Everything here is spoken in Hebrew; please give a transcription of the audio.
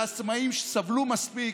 העצמאים סבלו מספיק.